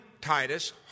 Titus